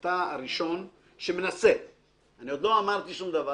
אתה הראשון שמנסה - אני עוד לא אמרתי שום דבר